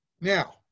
Now